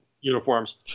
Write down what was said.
uniforms